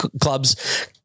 clubs